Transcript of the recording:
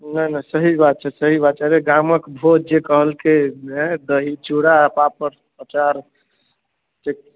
नहि नहि सही बात छै सही बात छै अगर गामक भोज जे कहलकै अऽ दही चूड़ा आ पापड़ अचार ठीक